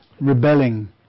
rebelling